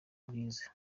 ubwiza